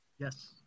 yes